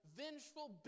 vengeful